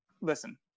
listen